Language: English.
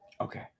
Okay